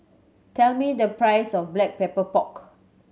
tell me the price of Black Pepper Pork